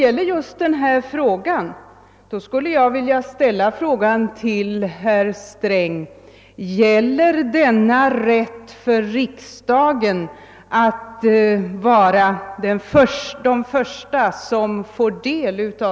Och just i det här fallet skulle jag vilja fråga herr Sträng: Gäller denna rätt hela riksdagen inklusive oppositionen?